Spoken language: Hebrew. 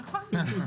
נכון.